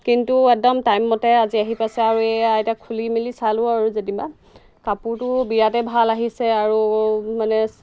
কিন্তু একদম টাইমমতে আজি আহি পাইছে আৰু এই এতিয়া খুলি মেলি চালোঁ আৰু যেনিবা কাপোৰটো বিৰাটেই ভাল আহিছে আৰু মানে